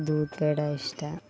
ದೂದ್ ಪೇಡ ಇಷ್ಟ